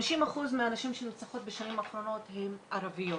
50% מהנשים שנרצחות בשנים האחרונות הן ערביות